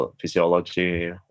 physiology